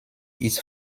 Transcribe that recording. ist